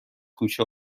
کوچه